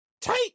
Take